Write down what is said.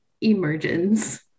emergence